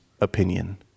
opinion